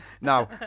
Now